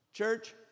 Church